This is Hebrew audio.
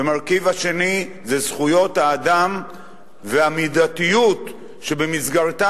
והמרכיב השני זה זכויות האדם והמידתיות שבמסגרתה